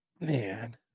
man